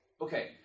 Okay